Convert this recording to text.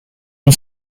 and